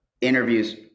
interviews